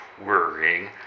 worrying